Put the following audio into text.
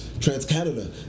Trans-Canada